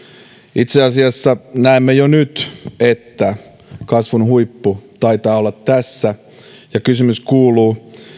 itse asiassa näemme jo nyt että kasvun huippu taitaa olla tässä ja kysymys kuuluu